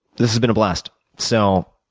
this has been a blast. so,